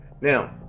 Now